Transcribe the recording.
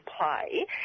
play